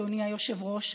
אדוני היושב-ראש,